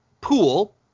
Pool